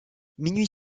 minuit